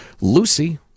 Lucy